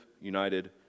united